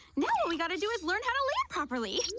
no we got to do is learn how to read properly